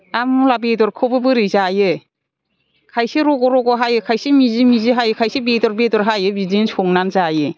आरो मुला बेदरखौबो बोरै जायो खायसे रग' रग' हायो खायसे मिजि मिजि हायो खायसे बेदर बेदर हायो बिदिनो संनानै जायो